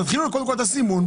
תתחילו קודם כול את הסימון,